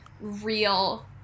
real